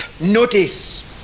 notice